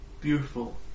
Beautiful